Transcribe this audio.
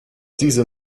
diese